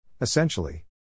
Essentially